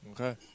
Okay